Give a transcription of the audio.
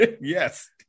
yes